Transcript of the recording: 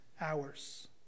hours